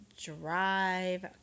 drive